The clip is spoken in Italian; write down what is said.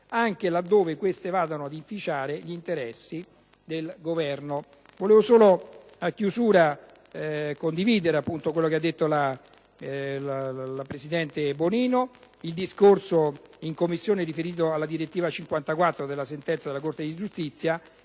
anche laddove queste vadano ad inficiare gli interessi del Governo. Vorrei concludere condividendo quanto ha detto la presidente Bonino; il discorso in 14a Commissione riferito alla direttiva 2006/54/CE e alla sentenza della Corte di giustizia